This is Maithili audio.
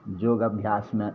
योग अभ्यासमे